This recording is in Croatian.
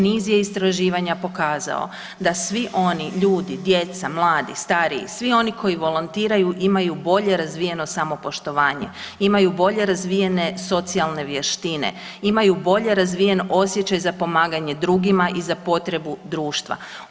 Niz je istraživanja pokazao da svi oni ljudi, djeca, mladi, stariji, svi oni koji volontiraju, imaju bolje razvijeno samopoštovanje, imaju bolje razvijene socijalne vještine, imaju bolje razvijen osjećaj za pomaganje drugima i za potrebu društva.